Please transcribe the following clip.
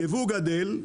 ייבוא גדל,